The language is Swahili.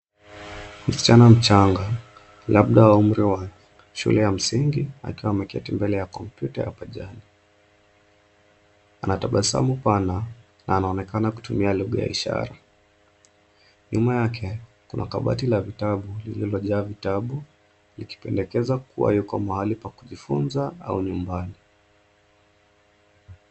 Msichana mchanga labda wa umri wa shule ya msingi akiwa ameketi mbele ya kompyuta ya pajani. Ana tabasamu pana na anaonekana kutumia lugha ya ishara. Nyuma yake kuna kabati la vitabu lililojaa vitabu ikipendekeza kuwa yuko mahali pa kunifunza au nyumbani.